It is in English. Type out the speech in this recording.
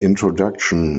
introduction